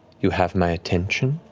you have my attention.